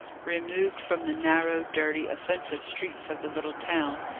removed from the narrow, dirty, offensive streets of the little town,